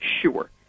Sure